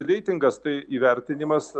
reitingas tai įvertinimas